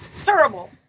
Terrible